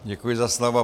Děkuji za slovo.